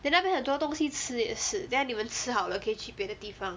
then 那边有很多东西吃也是等一下你们吃好了可以去别的地方